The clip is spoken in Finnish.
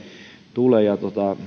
tule ja